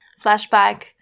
flashback